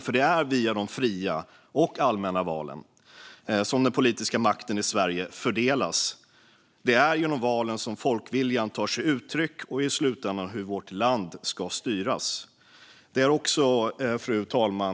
för det är via de fria och allmänna valen som den politiska makten i Sverige fördelas. Det är genom valen som folkviljan tar sig uttryck, och de avgör i slutändan hur vårt land ska styras. Fru talman!